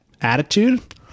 attitude